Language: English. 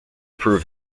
prove